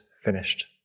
finished